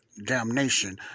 damnation